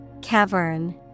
Cavern